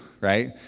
right